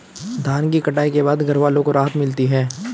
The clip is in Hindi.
धान की कटाई के बाद घरवालों को राहत मिलती है